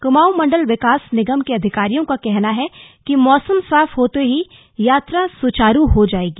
कमाऊं मंडल विकास निगम के अधिकारियों का कहना है कि मौसम साफ होते ही यात्रा सुचारु हो जाएगी